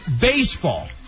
baseball